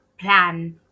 plan